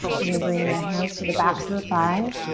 we're gonna bring the hands to the backs of the thighs.